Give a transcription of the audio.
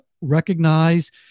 recognize